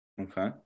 Okay